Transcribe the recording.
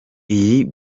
iyi